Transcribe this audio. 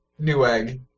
Newegg